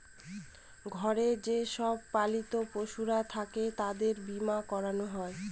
ঘরে যে সব পালিত পশুরা থাকে তাদের বীমা করানো হয়